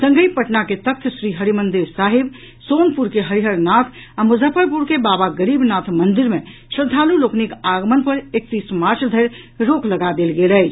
संगहि पटना के तख्त श्री हरिमंदिर साहिब सोनपुर के हरिहरनाथ आ मुजफ्फरपुर के बाबा गरीबनाथ मंदिर मे श्रद्धालु लोकनिक आगमन पर एकतीस मार्च धरि रोक लगा देल गेल अछि